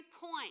point